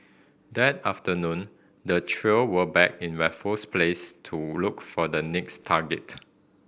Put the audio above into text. that afternoon the trio were back in Raffles Place to look for the next target